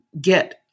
get